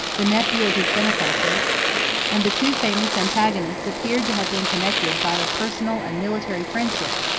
the nephew of his benefactor and the two famous antagonists appeared to have been connected by a personal and military friendship,